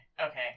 okay